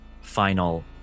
final